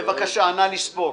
בבקשה, נא לספור.